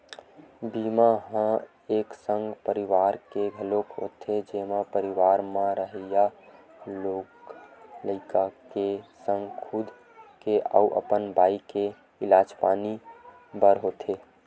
बीमा ह एक संग परवार के घलोक होथे जेमा परवार म रहइया लोग लइका के संग खुद के अउ अपन बाई के इलाज पानी बर होथे